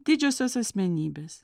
didžiosios asmenybės